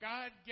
God